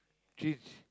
cheese